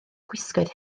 gwisgoedd